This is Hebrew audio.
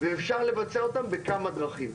ואפשר לבצע אותם בכמה דרכים.